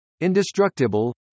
indestructible